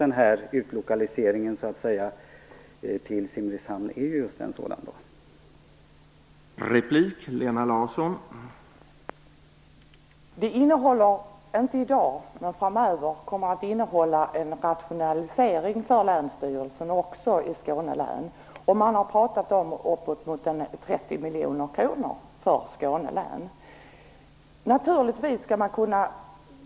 Denna utlokalisering till Simrishamn är ett exempel på en sådan decentralisering.